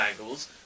angles